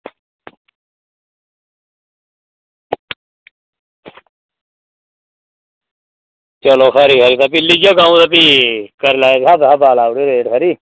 चलो खरी खरी भी लेई औगा भी खरी करी लैयो भी लाई ओड़ेओ स्हाबै दा रेट खरी